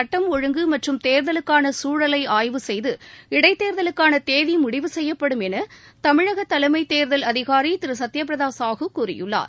சட்டம் ஒழுங்கு மற்றும் தேர்தலுக்கான சூழலை ஆய்வு செய்து இடைத்தேர்தலுக்கான தேதி முடிவு செய்யப்படும் என தமிழக தலைமை தேர்தல் அதிகாரி திரு சத்ய பிரத சாஹூ கூறியுள்ளார்